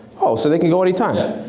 oh so they can go anytime.